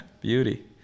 Beauty